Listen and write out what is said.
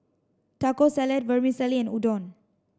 Taco Salad Vermicelli and Udon